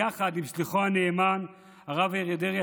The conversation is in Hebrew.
יחד עם שליחו הנאמן הרב אריה דרעי,